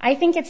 i think it's